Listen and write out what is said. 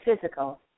physical